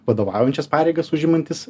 vadovaujančias pareigas užimantys